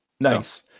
Nice